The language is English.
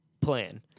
plan